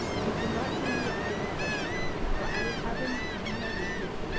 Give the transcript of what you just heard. you cannot do me a greater pleasure for i will have him to be my vizier,